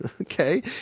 okay